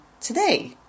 today